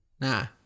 Nah